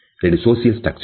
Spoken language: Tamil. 2 social structure